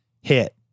hit